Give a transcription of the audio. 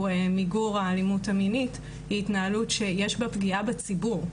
מיגור האלימות המינית היא התנהלות שיש בה פגיעה בציבור.